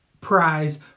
prize